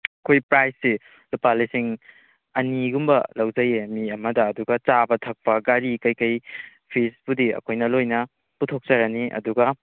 ꯑꯩꯈꯣꯏ ꯄ꯭ꯔꯥꯖꯁꯦ ꯂꯨꯄꯥ ꯂꯤꯁꯤꯡ ꯑꯅꯤꯒꯨꯝꯕ ꯂꯧꯖꯩꯌꯦ ꯃꯤ ꯑꯃꯗ ꯑꯗꯨꯒ ꯆꯥꯕ ꯊꯛꯄ ꯒꯥꯔꯤ ꯀꯔꯤ ꯀꯔꯤ ꯐꯤꯁꯄꯨꯗꯤ ꯑꯩꯈꯣꯏꯅ ꯂꯣꯏꯅ ꯄꯨꯊꯣꯛꯆꯔꯅꯤ ꯑꯗꯨꯒ